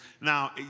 Now